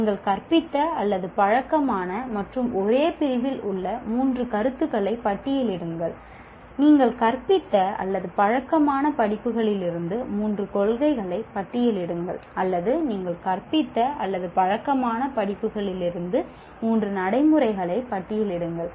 நீங்கள் கற்பித்த அல்லது பழக்கமான மற்றும் ஒரே பிரிவில் உள்ள மூன்று கருத்துகளை பட்டியலிடுங்கள் நீங்கள் கற்பித்த அல்லது பழக்கமான படிப்புகளிலிருந்து மூன்று கொள்கைகளை பட்டியலிடுங்கள் அல்லது நீங்கள் கற்பித்த அல்லது பழக்கமான படிப்புகளிலிருந்து மூன்று நடைமுறைகளை பட்டியலிடுங்கள்